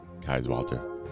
kaiswalter